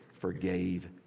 forgave